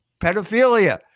pedophilia